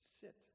Sit